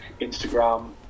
Instagram